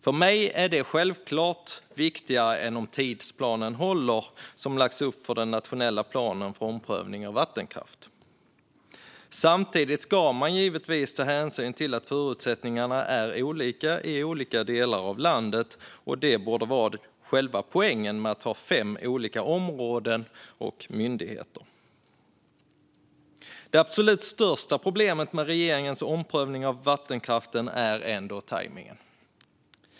För mig är det självklart viktigare än om tidsplanen, som lagts upp för den nationella planen för omprövning av vattenkraft, håller. Samtidigt ska man givetvis ta hänsyn till att förutsättningarna är olika i olika delar av landet. Det borde vara själva poängen med att ha fem olika områden och myndigheter. Det absolut största problemet med regeringens omprövning av vattenkraften är ändå tajmningen.